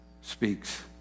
speaks